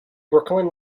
brooklyn